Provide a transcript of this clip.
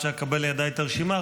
עד שאקבל לידיי את הרשימה,